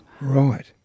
Right